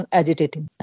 agitating